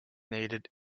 needed